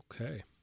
Okay